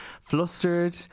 flustered